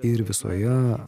ir visoje